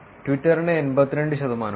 ട്വിറ്ററിന് 82 ശതമാനവും